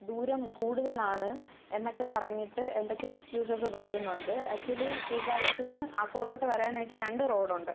ദൂരം കൂടുതലാണ് എന്നൊക്കെ പറഞ്ഞിട്ട് എന്തൊക്കെയോ എക്സ്ക്യൂസസ് പറയുന്നുണ്ട് ആക്ച്വലി ശ്രീകാര്യത്തു നിന്ന് ആക്കുളത്തോട്ട് വരാനായിട്ട് രണ്ടു റോഡ് ഉണ്ട്